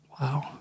Wow